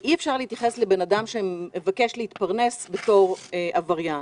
אי אפשר להתייחס לאדם שמבקש להתפרנס בתור עבריין.